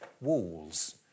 walls